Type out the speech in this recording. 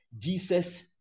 Jesus